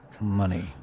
Money